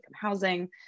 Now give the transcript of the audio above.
housing